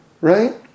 Right